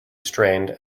strained